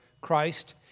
christ